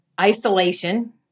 isolation